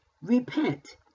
Repent